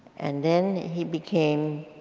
and then he became,